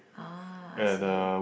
ah I see